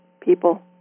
people